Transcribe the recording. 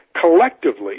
collectively